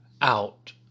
out